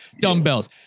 dumbbells